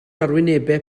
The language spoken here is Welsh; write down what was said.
arwynebau